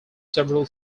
several